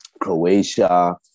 Croatia